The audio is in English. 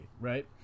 right